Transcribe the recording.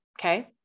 Okay